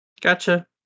Gotcha